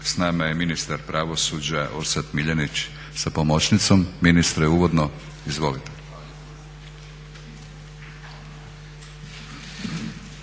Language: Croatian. S nama je ministar pravosuđa Orsat MIljenić sa pomoćnicom. Ministre uvodno. Izvolite.